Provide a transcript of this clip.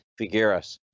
Figueres